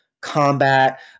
combat